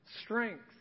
strength